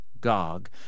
Gog